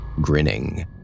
grinning